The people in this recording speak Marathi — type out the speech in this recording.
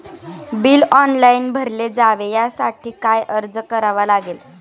बिल ऑनलाइन भरले जावे यासाठी काय अर्ज करावा लागेल?